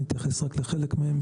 אני אתייחס רק לחלק מהם,